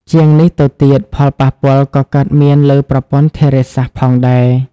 ជាងនេះទៅទៀត ផលប៉ះពាល់ក៏កើតមានលើ ប្រព័ន្ធធារាសាស្ត្រ ផងដែរ។